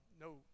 no